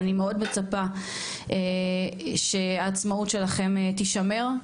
אני מאוד מצפה שהעצמאות שלכם תישמר,